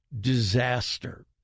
disaster